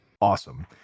awesome